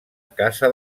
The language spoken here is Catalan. casa